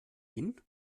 inn